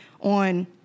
on